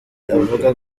avuga